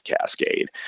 cascade